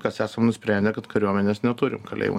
kas esam nusprendę kad kariuomenės neturim kalėjimo